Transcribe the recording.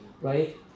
right